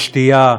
לשתייה,